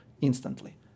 instantly